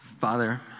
Father